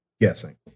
guessing